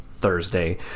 Thursday